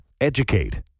educate